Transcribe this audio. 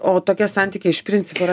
o tokie santykiai iš principo yra